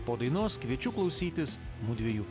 po dainos kviečiu klausytis mudviejų